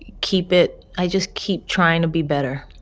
keep it i just keep trying to be better.